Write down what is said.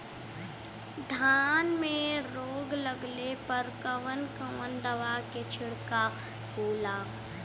धान में रोग लगले पर कवन कवन दवा के छिड़काव होला?